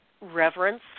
reverence